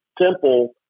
simple